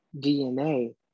dna